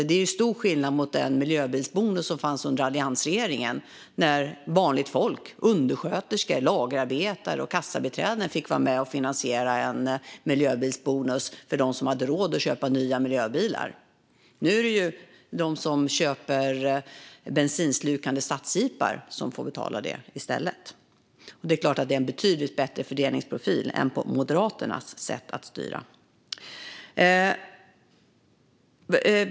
Det är stor skillnad mot den miljöbilsbonus som fanns under alliansregeringen när vanligt folk - undersköterskor, lagerarbetare och kassabiträden - fick vara med och finansiera en miljöbilsbonus för dem som hade råd att köpa nya miljöbilar. Nu är det de som köper bensinslukande stadsjeepar som får betala det i stället. Det är en betydligt bättre fördelningsprofil än när Moderaterna styrde.